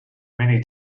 many